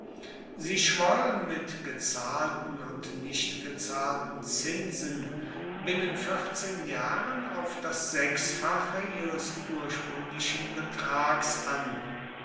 sie schwoll mit gezahlten und nichtgezahlten zinsen binnen vierzehn jahren auf das sechsfache ihres ursprünglichen betrags an